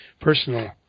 personal